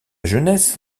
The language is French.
jeunesse